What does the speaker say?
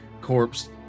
corpse